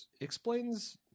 explains